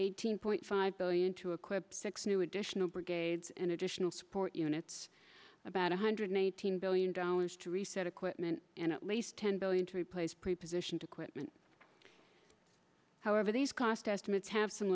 eighteen point five billion to equip six new additional brigades and additional support units about one hundred eighteen billion dollars to reset equipment and at least ten billion to replace preposition to quit meant however these cost estimates have some